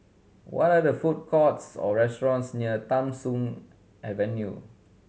what are food courts or restaurants near Tham Soong Avenue